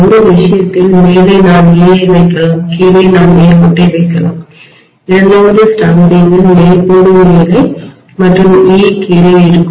ஒரு விஷயத்தில் மேலே நான் E ஐ வைக்கலாம்கீழே நான் நேர் கோட்டை வைக்கலாம் இரண்டாவது ஸ்டாம்பிங்கில் நேர் கோடு மேலே மற்றும் E கீழே இருக்கும்